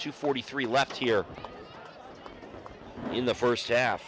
to forty three laps here in the first half